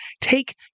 take